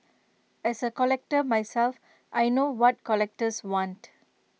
as A collector myself I know what collectors want